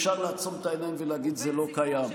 אפשר לעצום את העיניים ולהגיד: זה לא קיים.